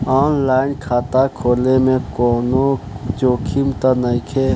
आन line खाता खोले में कौनो जोखिम त नइखे?